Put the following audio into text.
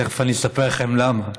תכף אני אספר לכם למה,